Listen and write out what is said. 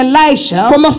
Elisha